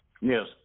Yes